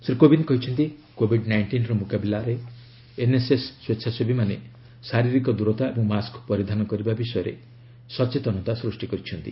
ଶ୍ରୀ କୋବିନ୍ଦ କହିଛନ୍ତି କୋଭିଡ ନାଇଷ୍ଟିନ୍ର ମୁକାବିଲାରେ ଏନ୍ଏସ୍ଏସ୍ ସ୍ପେଚ୍ଛାସେବୀମାନେ ଶାରିରୀକ ଦୂରତା ଏବଂ ମାସ୍କ ପରିଧାନ କରିବା ବିଷୟରେ ସଚେତନତା ସୃଷ୍ଟି କରିଛନ୍ତି